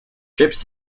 shipped